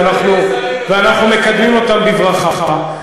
ואנחנו מקדמים אותם בברכה.